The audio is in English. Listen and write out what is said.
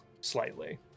slightly